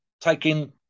taking